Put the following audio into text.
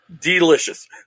Delicious